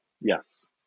Yes